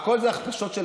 הכול זה הכפשות של